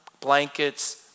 blankets